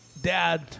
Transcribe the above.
dad